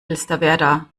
elsterwerda